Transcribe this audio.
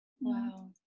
wow